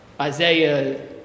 Isaiah